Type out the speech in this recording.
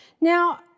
Now